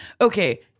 Okay